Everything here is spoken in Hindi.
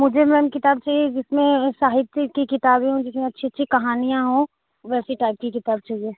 मुझे मैम किताब चाहिए जिसमें साहित्य की किताबें हो जिसमें अच्छी अच्छी कहानियाँ हो वैसी टाइप की किताब चाहिए